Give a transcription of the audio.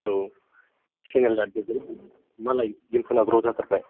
औ चेनेल बानायनोसै मालाय दिम्पुना ग्र' जाथारबाय